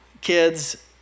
kids